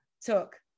took